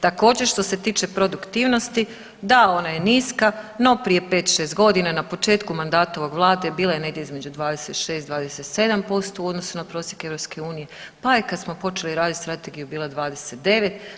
Također što se tiče produktivnosti, da ona je niska no prije pet, šest godina na početku mandata ove Vlade je bila negdje između 26, 27% u odnosu na prosjek EU, pa i kada smo počeli raditi strategiju bila je 29.